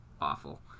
awful